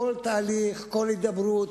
כל הידברות,